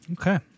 Okay